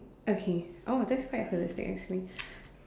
okay oh that's quite holistic actually